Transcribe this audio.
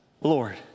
Lord